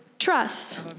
Trust